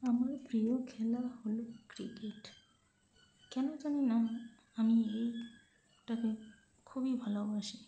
আমার প্রিয় খেলা হলো ক্রিকেট কেন জানি না আমি এই খেলাটাকে খুবই ভালোবাসি